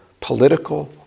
political